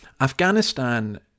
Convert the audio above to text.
Afghanistan